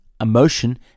emotion